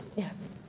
yes